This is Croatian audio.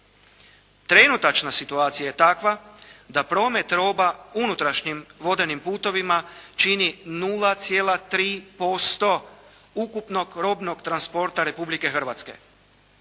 Trenutačna situacija je takva da promet roba unutrašnjim vodenim putovima čini 0,3% ukupnog robnog transporta Republike Hrvatske.